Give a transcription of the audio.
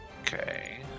Okay